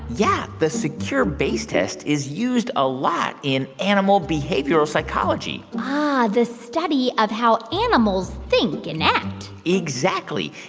yeah. the secure base test is used a lot in animal behavioral psychology ah, the study of how animals think and act exactly.